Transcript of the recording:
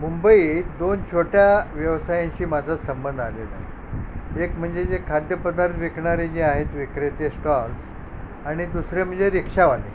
मुंबईत दोन छोट्या व्यवसायांशी माझा संबंध आलेला आहे एक म्हणजे जे खाद्यपदार्थ विकणारे जे आहेत विक्रेते स्टॉल्स आणि दुसरे म्हणजे रिक्षावाले